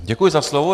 Děkuji za slovo.